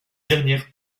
dernière